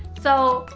so,